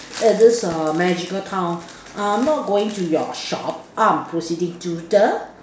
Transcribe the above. eh this err magical town I'm not going to your shop I'm proceeding to the